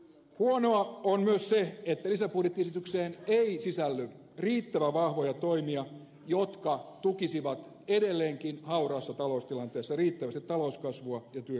huonoa on myös se että lisäbudjettiesitykseen ei sisälly riittävän vahvoja toimia jotka tukisivat edelleenkin hauraassa taloustilanteessa riittävästi talouskasvua ja työllisyyttä